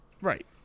Right